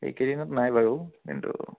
এইকেইদিনত নাই বাৰু কিন্তু